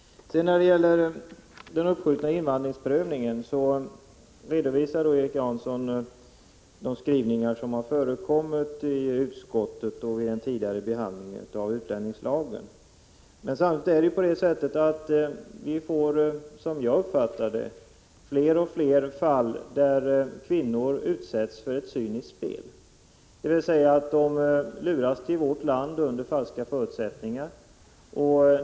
Beträffande den uppskjutna invandringsprövningen redovisar Erik Janson de skrivningar som har förekommit i utskottet och vid den tidigare behandlingen av utlänningslagen. Men det är, som jag uppfattar det, allt fler kvinnor som utsätts för ett cyniskt spel. De luras till vårt land under falska förespeglingar.